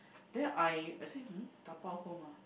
then I I say um dabao home ah